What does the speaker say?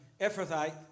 Ephrathite